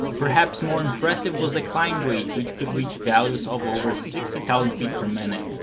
perhaps more impressive was the climb rate which could reach values of over sixty thousand feet per minute.